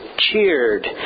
cheered